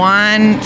one